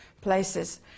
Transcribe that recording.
places